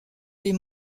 les